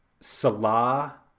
Salah